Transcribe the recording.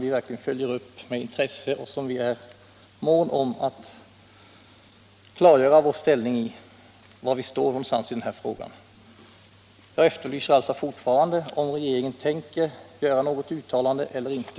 Vi bör klargöra var vi står i denna fråga och att vi verkligen följer den med intresse. Jag efterlyser alltså 185 fortfarande ett besked, om regeringen tänker göra något uttalande eller inte.